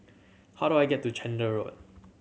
how do I get to Chander Road